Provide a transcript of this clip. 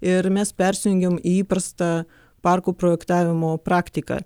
ir mes persijungiam į įprastą parkų projektavimo praktiką